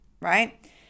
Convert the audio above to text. right